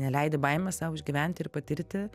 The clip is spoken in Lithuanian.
neleidi baimės sau išgyvent ir patirti